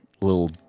little